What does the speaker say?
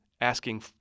asking